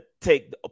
take